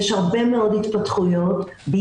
מתי